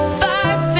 five